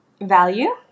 value